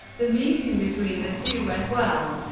the meeting between the two went well,